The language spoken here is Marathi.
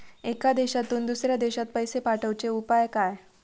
एका देशातून दुसऱ्या देशात पैसे पाठवचे उपाय काय?